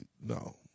no